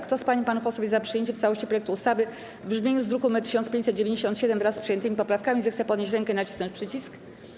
Kto z pań i panów jest za przyjęciem całości projektu ustawy w brzmieniu z druku nr 1597 wraz z przyjętymi poprawkami, zechce podnieść rękę i nacisnąć przycisk.